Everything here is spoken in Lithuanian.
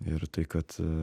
ir tai kad